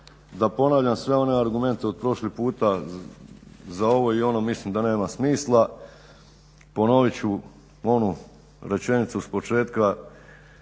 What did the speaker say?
Da ponavljam sve one argumente od prošli puta za ovo i ono mislim da nema smisla. Ponovit ću onu rečenicu s početka